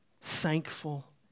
thankful